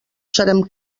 serem